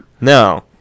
no